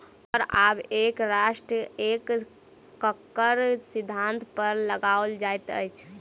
कर आब एक राष्ट्र एक करक सिद्धान्त पर लगाओल जाइत अछि